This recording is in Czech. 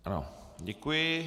Ano, děkuji.